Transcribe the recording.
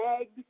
eggs